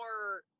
more